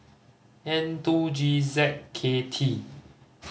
N two G Z K T